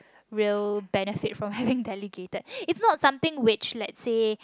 real benefit from having delegated is not something which let say